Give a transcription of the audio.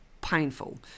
painful